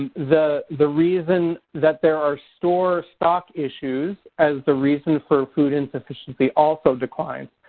and the the reason that there are store stock issues as the reason for food insufficiency also declined.